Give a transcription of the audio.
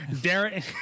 Derek